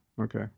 Okay